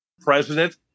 president